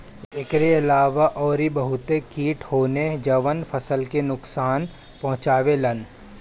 एकरी अलावा अउरी बहते किट होने जवन फसल के नुकसान पहुंचावे लन